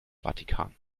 vatikan